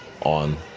on